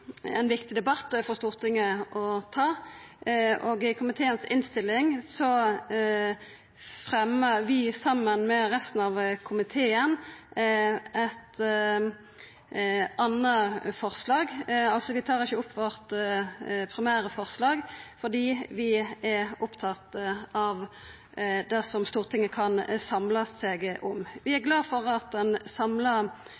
ein viktig debatt å ta for Stortinget, og i komiteens innstilling fremjar vi saman med resten av komiteen eit anna forslag til vedtak. Vi tek altså ikkje opp det primære forslaget vårt, for vi er opptatt av det som Stortinget kan samla seg om. Vi